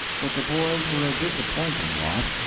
but the boys were a disappointing lot.